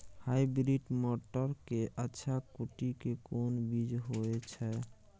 Hybrid मटर के अच्छा कोटि के कोन बीज होय छै?